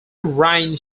ryan